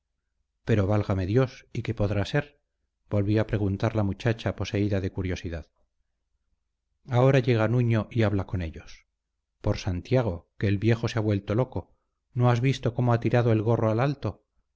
pero válgame dios y qué podrá ser volvió a preguntar la muchacha poseída de curiosidad ahora llega nuño y habla con ellos por santiago que el viejo se ha vuelto loco no has visto cómo ha tirado el gorro al alto